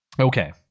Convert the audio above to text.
okay